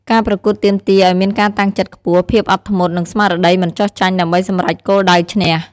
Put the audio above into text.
ការប្រកួតទាមទារឱ្យមានការតាំងចិត្តខ្ពស់ ភាពអត់ធ្មត់ និងស្មារតីមិនចុះចាញ់ដើម្បីសម្រេចគោលដៅឈ្នះ។